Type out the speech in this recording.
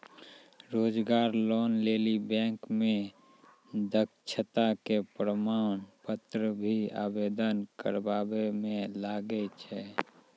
रोजगार लोन लेली बैंक मे दक्षता के प्रमाण पत्र भी आवेदन करबाबै मे लागै छै?